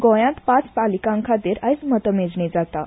गोंयात पांच पालिकां खातीर आयज मतमेजणी जाता